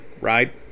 right